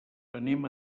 anem